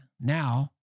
Now